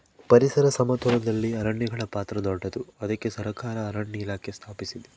ಪರಿಸರ ಸಮತೋಲನದಲ್ಲಿ ಅರಣ್ಯಗಳ ಪಾತ್ರ ದೊಡ್ಡದು, ಅದಕ್ಕೆ ಸರಕಾರ ಅರಣ್ಯ ಇಲಾಖೆ ಸ್ಥಾಪಿಸಿದೆ